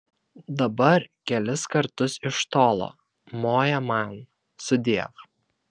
dabar kelis kartus iš tolo moja man sudiev